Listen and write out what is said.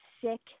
sick